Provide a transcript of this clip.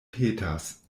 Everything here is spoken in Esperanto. petas